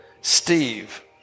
Steve